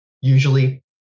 usually